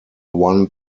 one